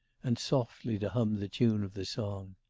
and softly to hum the tune of the song.